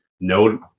No